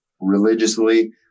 religiously